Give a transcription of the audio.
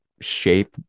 shape